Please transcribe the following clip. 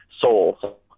soul